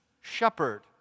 shepherd